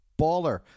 baller